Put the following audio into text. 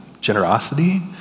generosity